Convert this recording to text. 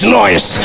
noise